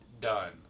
done